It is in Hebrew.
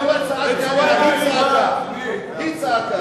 אני לא צעקתי עליה, היא צעקה.